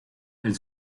elle